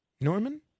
Norman